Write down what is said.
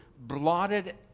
blotted